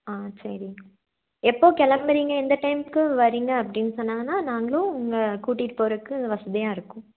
ஆ சரி எப்போ கிளம்புறீங்க எந்த டைம்க்கு வர்றீங்க அப்படினு சொன்னாங்க நாங்களும் உங்களை கூட்டிகிட்டு போகறக்கு வசதியாக இருக்கும்